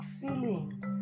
feeling